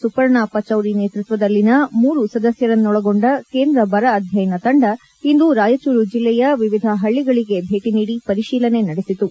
ಸುಪರ್ಣಾ ಪಚೌರಿ ನೇತೃತ್ವದಲ್ಲಿನ ಮೂರು ಸದಸ್ಕರನ್ನೊಳಗೊಂಡ ಕೇಂದ್ರ ಬರ ಆಧ್ಯಯನ ತಂಡ ಇಂದು ರಾಯಚೂರು ಜಿಲ್ಲೆಯ ವಿವಿಧ ಪಳ್ಳಗಳಿಗೆ ಭೇಟಿ ನೀಡಿ ಪರಿಶೀಲನೆ ನಡೆಸಿತು